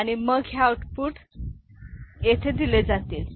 आणि मग हे आऊटपुट येथे दिले जातील